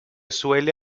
suele